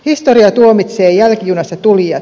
historia tuomitsee jälkijunassa tulijat